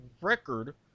record